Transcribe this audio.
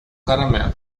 caramelo